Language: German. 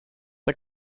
der